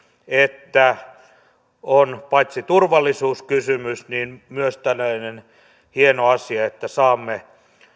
että on paitsi turvallisuuskysymys myös tällainen hieno asia että saamme